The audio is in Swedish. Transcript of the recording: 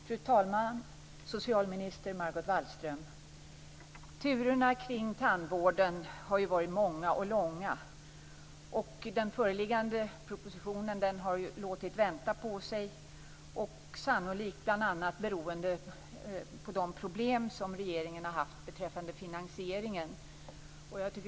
Fru talman! Socialminister Margot Wallström! Turerna kring tandvården har varit många och långa. Föreliggande proposition har låtit vänta på sig, sannolikt bl.a. beroende på de problem som regeringen har haft beträffande finansieringen.